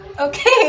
Okay